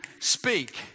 speak